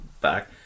back